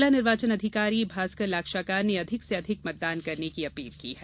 जिला निर्वाचन अधिकारी भास्कर लाक्षाकार ने अधिक से अधिक मतदान करने की अपील की है